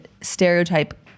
stereotype